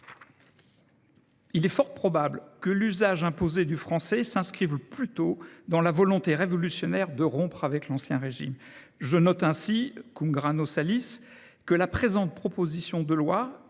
Il est fort probable que l’usage imposé du français s’inscrive plutôt dans la volonté révolutionnaire de rompre avec l’Ancien Régime. Je note ainsi,, que la présente proposition de loi